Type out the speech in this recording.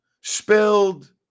spilled